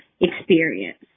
experience